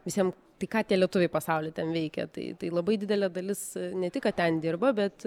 visiem tai ką tie lietuviai pasauly ten veikia tai tai labai didelė dalis ne tik kad ten dirba bet